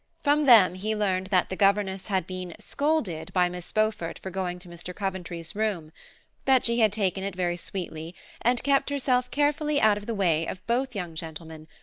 from them he learned that the governess had been scolded by miss beaufort for going to mr. coventry's room that she had taken it very sweetly and kept herself carefully out of the way of both young gentlemen,